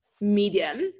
medium